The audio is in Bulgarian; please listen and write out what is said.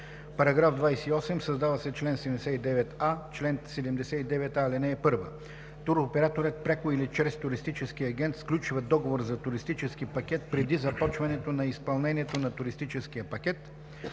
§ 28: „§ 28. Създава се чл. 79а: „Чл. 79а. (1) Туроператорът пряко или чрез туристическия агент сключва договор за туристически пакет преди започването на изпълнението на туристическия пакет.